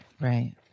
Right